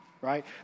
right